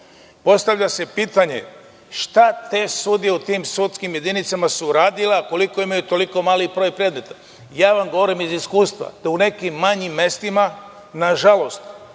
postavlja se pitanje – šta su te sudije u tim sudskim jedinicama uradile, a imaju toliko mali broj predmeta? Govorim vam iz iskustva da u nekim manjim mestima, nažalost,